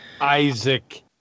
Isaac